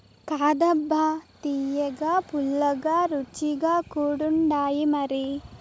కాదబ్బా తియ్యగా, పుల్లగా, రుచిగా కూడుండాయిమరి